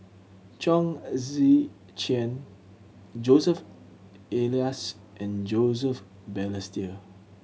Chong Tze Chien Joseph Elias and Joseph Balestier